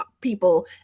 people